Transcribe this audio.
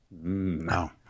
No